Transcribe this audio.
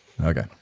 Okay